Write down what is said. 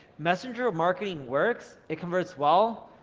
messenger marketing works. it converts well,